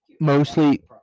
Mostly